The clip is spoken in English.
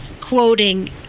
quoting